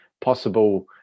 possible